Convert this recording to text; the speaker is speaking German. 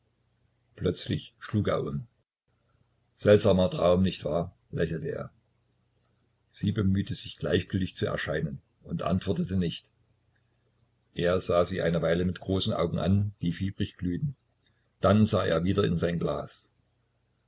plötzlich schlug er um seltsamer traum nicht wahr lächelte er sie bemühte sich gleichgültig zu erscheinen und antwortete nicht er sah sie eine weile mit großen augen an die fiebrig glühten dann sah er wieder in sein glas